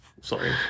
Sorry